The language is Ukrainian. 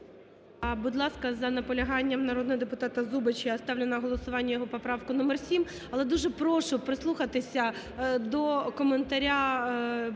Будь ласка, за наполяганням народного депутата Зубача, я ставлю на голосування його поправку номер 7. Але дуже прошу прислухатися до коментаря